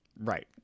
Right